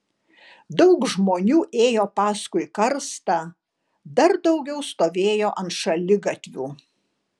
daug žmonių ėjo paskui karstą dar daugiau stovėjo ant šaligatvių